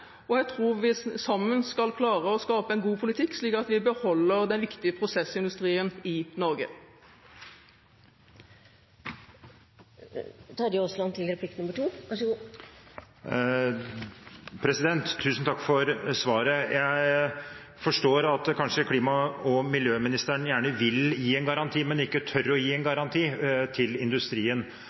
at jeg er tilfreds med slik ordningen nå er, og jeg tror vi sammen skal klare å skape en god politikk slik at vi beholder den viktige prosessindustrien i Norge. Tusen takk for svaret. Jeg forstår at klima- og miljøministeren kanskje gjerne vil gi en garanti, men ikke tør å gi det til industrien